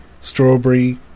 strawberry